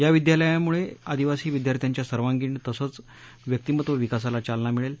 या विद्यालयामुळे आदिवासी विद्यार्थ्यांच्या सर्वांगिण तसंच व्यक्तीमत्व विकासाला चालना मिळेल